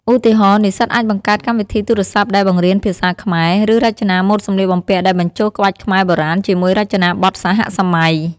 ឧទាហរណ៍ និស្សិតអាចបង្កើតកម្មវិធីទូរស័ព្ទដែលបង្រៀនភាសាខ្មែរ ឬរចនាម៉ូដសម្លៀកបំពាក់ដែលបញ្ចូលក្បាច់ខ្មែរបុរាណជាមួយរចនាបថសហសម័យ។